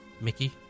Mickey